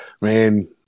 man